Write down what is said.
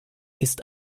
ist